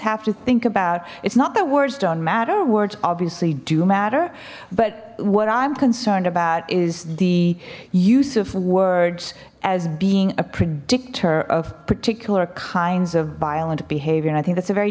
have to think about it's not that words don't matter words obviously do matter but what i'm concerned about is the use of words as being a predictor of particular kinds of violent behavior and i think that's a very